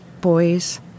boys